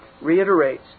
reiterates